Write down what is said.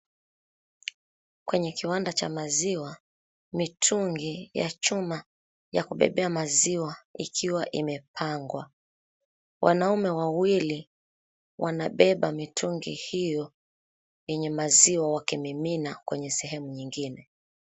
Kwenye kiwanda cha maziwa, mitungi ya chuma ya kubebea maziwa ikiwa imepangwa. Wanaume wawili wanabeba mitungi hiyo, yenye maziwa wakimimina kwenye sehemu nyingine.